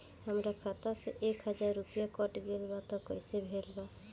हमार खाता से एक हजार रुपया कट गेल बा त कइसे भेल बा?